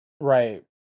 right